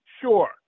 Sure